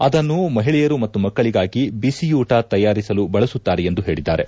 ಅದನ್ನು ಮಹಿಳೆಯರು ಮತ್ತು ಮಕ್ಕಳಿಗಾಗಿ ಬಿಸಿಯೂಟ ತಯಾರಿಸಲು ಬಳಸುತ್ತಾರೆ ಎಂದು ಹೇಳಿದ್ದಾರೆ